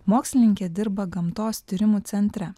mokslininkė dirba gamtos tyrimų centre